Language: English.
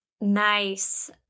Nice